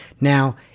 Now